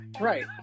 Right